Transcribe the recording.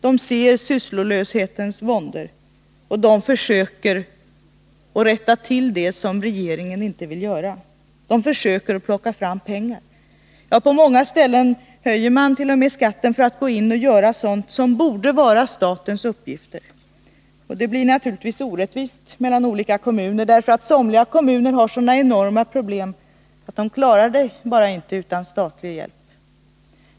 De ser sysslolöshetens vådor, och de försöker rätta till det som regeringen inte vill göra. De försöker plocka fram pengar. På många ställen höjer man t.o.m. skatten för att kunna göra sådant som borde vara statens uppgifter. Det blir naturligtvis orättvist mellan olika kommuner, därför att somliga kommuner har sådana enorma problem att de bara inte kan lösas utan statlig hjälp.